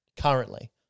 currently